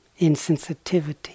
insensitivity